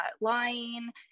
lying